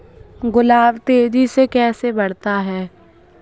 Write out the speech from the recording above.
गुलाब तेजी से कैसे बढ़ता है?